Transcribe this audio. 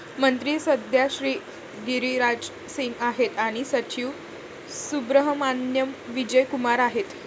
मंत्री सध्या श्री गिरिराज सिंग आहेत आणि सचिव सुब्रहमान्याम विजय कुमार आहेत